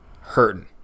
hurting